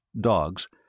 dogs